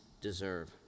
deserve